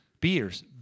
Beers